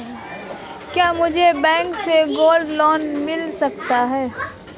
क्या मुझे बैंक से गोल्ड लोंन मिल सकता है?